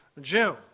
June